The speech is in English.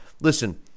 Listen